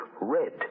Red